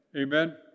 Amen